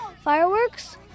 fireworks